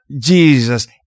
Jesus